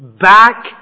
back